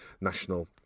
national